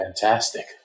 fantastic